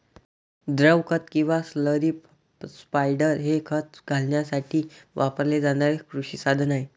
द्रव खत किंवा स्लरी स्पायडर हे खत घालण्यासाठी वापरले जाणारे कृषी साधन आहे